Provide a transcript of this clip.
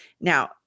Now